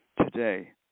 today